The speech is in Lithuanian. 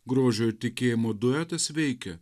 grožio ir tikėjimo duetas veikia